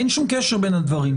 אין שום קשר בין הדברים.